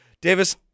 Davis